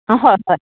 অঁ হয় হয়